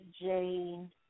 Jane